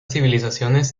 civilizaciones